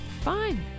fine